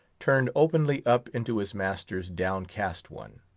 turned openly up into his master's downcast one.